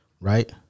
right